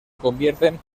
convierten